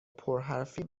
پرحرفی